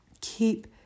Keep